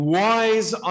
wise